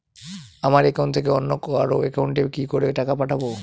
আমার একাউন্ট থেকে অন্য কারো একাউন্ট এ কি করে টাকা পাঠাবো?